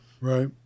Right